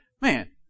man